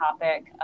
topic